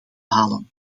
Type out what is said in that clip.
halen